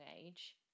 age